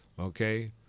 okay